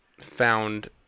found